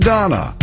Donna